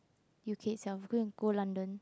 u_k itself you go and go London